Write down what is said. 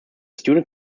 student